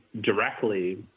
directly